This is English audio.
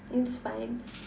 it's fine